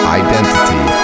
identity